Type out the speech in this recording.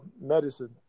medicine